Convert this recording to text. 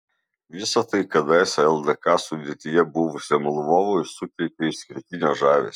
visa tai kadaise ldk sudėtyje buvusiam lvovui suteikia išskirtinio žavesio